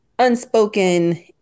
unspoken